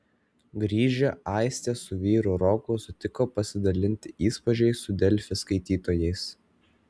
grįžę aistė su vyru roku sutiko pasidalinti įspūdžiais su delfi skaitytojais